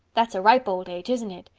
that's ripe old age, isn't it?